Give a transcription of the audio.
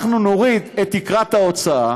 אנחנו נוריד את תקרת ההוצאה